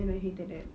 and I hated that